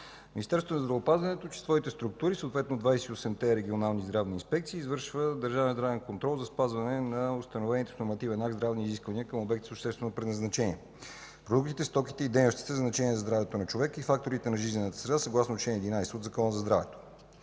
Министерството на здравеопазването чрез своите структури, съответно 28-те Регионални здравни инспекции (РЗИ), извършва държавен здравен контрол за спазване на установените с нормативен акт здравни изисквания към обектите с обществено предназначение, продуктите, стоките и дейностите със значение за здравето на човека и факторите за жизнената среда, съгласно чл. 11 от Закона за здравето.